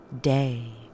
day